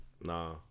Nah